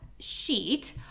sheet